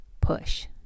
push